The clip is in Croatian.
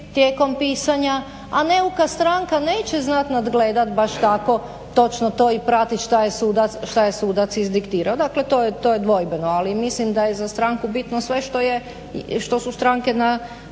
tijekom pisanja, a neuka stranka neće znati nadgledat baš tako točno to i pratit šta je sudac izdiktirao. Dakle, to je, to je dvojbeno, ali mislim da je za stranku bitno sve što je, što su stranke na